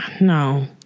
no